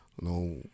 no